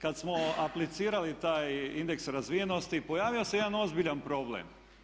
Kad smo aplicirali taj indeks razvijenosti pojavio se jedan ozbiljan problem.